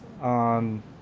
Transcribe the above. on